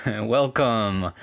welcome